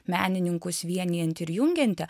menininkus vienijanti ir jungianti